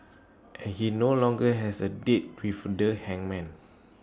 and he no longer has A date with the hangman